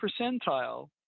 percentile